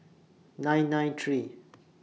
nine nine three